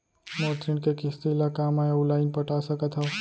मोर ऋण के किसती ला का मैं अऊ लाइन पटा सकत हव?